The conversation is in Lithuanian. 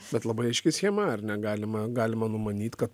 bet labai aiški schema ar ne galima galima numanyt kad